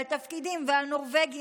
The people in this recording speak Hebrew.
על תפקידים ועל נורבגים,